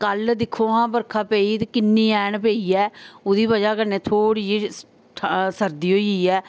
कल दिक्खो हां बर्खा पेई ते किन्नी हैन पेई ऐ उदी वजह कन्नै थोह्ड़ी जेई ठंड सर्दी होई गेई ऐ